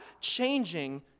changing